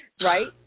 right